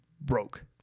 broke